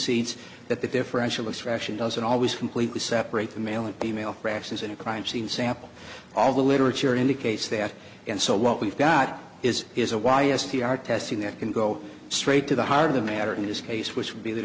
cedes that the differential extraction doesn't always completely separate the male and female grasses in a crime scene sample all the literature indicates that and so what we've got is is a y s t r testing that can go straight to the heart of the matter in this case which would be that